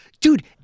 Dude